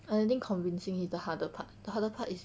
I think convincing is the harder the harder part is